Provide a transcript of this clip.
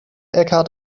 eckhart